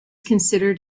considered